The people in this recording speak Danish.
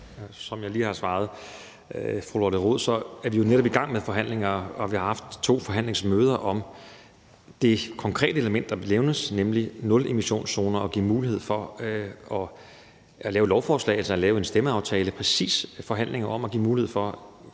Som jeg lige har svaret fru Lotte Rod, er vi jo netop i gang med nogle forhandlinger, og vi har haft to forhandlingsmøder om det konkrete element, der nævnes, nemlig nulemissionszoner og det at give en mulighed for at lave et lovforslag, altså lave en stemmeaftale. Det er altså præcis en forhandling om at give en mulighed for, at